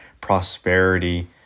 prosperity